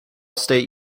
state